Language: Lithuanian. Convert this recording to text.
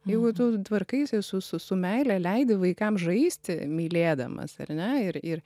jeigu tu tvarkaisi su su su meile leidi vaikams žaisti mylėdamas ar ne ir ir